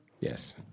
Yes